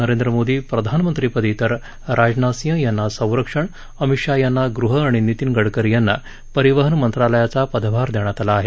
नरेंद्र मोदी प्रधानमंत्रीपदी तर राजनाथ सिंह यांना संरक्षण अमित शाह यांना गृह आणि नितीन गडकरी यांना परिवहन मंत्रालयाचा पदभार देण्यात आला आहे